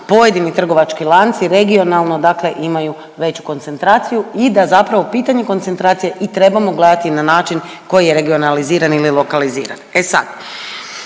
pojedini trgovački lanci regionalno dakle imaju veću koncentraciju i da zapravo pitanje koncentracije i trebamo gledati na način koji je regionaliziran ili lokaliziran. E sad,